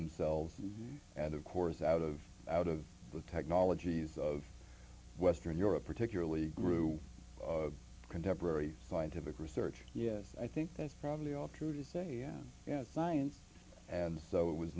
themselves and of course out of out of the technologies of western europe particularly grew of contemporary scientific research yes i think that's probably all true to say that science and so it was